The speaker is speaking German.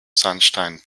sandstein